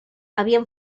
havien